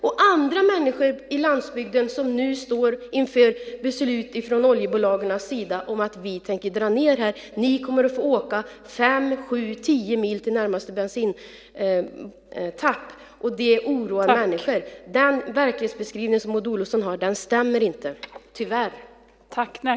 Och andra människor på landsbygden står nu inför beslut från oljebolagens sida om att man tänker dra ned. De människorna kommer att få åka fem, sju eller tio mil till närmaste bensintapp. Det oroar människor. Den verklighetsbeskrivning som Maud Olofsson ger stämmer inte, tyvärr.